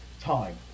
time